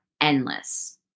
endless